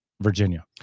virginia